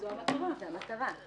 זו המטרה.